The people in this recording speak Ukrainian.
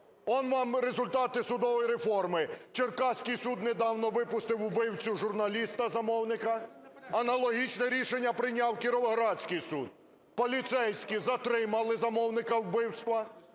Он вам результати судової реформи. Черкаський суд недавно випустив убивцю журналіста, замовника. Аналогічне рішення прийняв Кіровоградський суд. Поліцейські затримали замовника вбивства